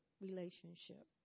relationship